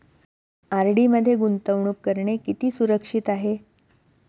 RD मध्ये गुंतवणूक करणे किती सुरक्षित आहे?